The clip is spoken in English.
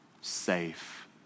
safe